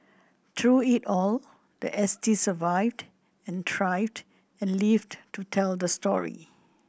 through it all the S T survived and thrived and lived to tell the story